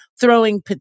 throwing